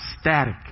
static